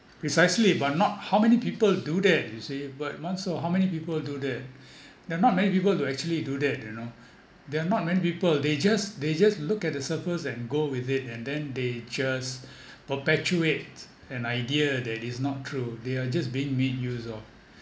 precisely but not how many people do that you see but how many people do that there are not many people to actually do that you know there are not many people they just they just look at the surface and go with it and then they just perpetuate an idea that is not true they are just being made use of